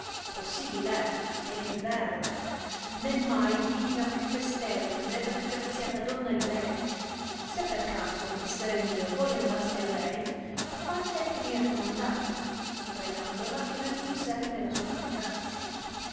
è ed il vero né mai vidi la più festevole né la più graziata donna di lei se per caso messere mio voi andaste a lei fate che mi raccomandate pregandola che la mi conservi nella sua buona grazia